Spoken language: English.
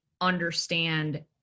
understand